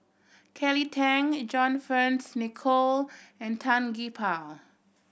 Kelly Tang John Fearns Nicoll and Tan Gee Paw